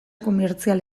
komertzial